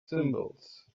symbols